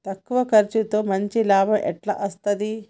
తక్కువ కర్సుతో మంచి లాభం ఎట్ల అస్తది?